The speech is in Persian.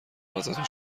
ازتون